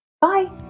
Bye